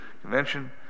convention